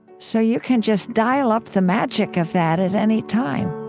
so you can just dial up the magic of that at any time